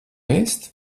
ēst